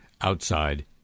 outside